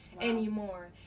anymore